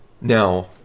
Now